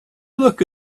look